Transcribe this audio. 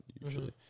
Usually